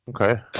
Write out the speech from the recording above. Okay